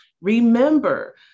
remember